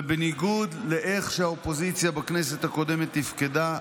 ובניגוד לאיך שהאופוזיציה בכנסת הקודמת תפקדה,